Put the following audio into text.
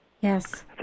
Yes